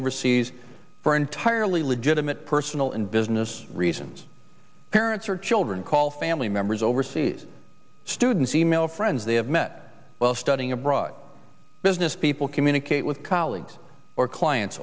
overseas for entirely legitimate personal and business reasons parents or children call family members overseas students e mail friends they have met while studying abroad business people communicate with colleagues or clients